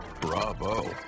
Bravo